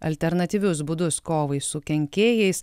alternatyvius būdus kovai su kenkėjais